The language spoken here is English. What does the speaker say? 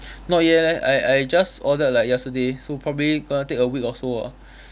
not yet leh I I just ordered like yesterday so probably gonna take a week or so ah